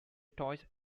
toys